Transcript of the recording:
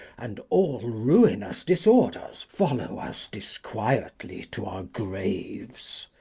and all ruinous disorders follow us disquietly to our graves.